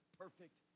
perfect